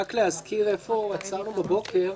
רק להזכיר איפה עצרנו בבוקר.